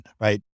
right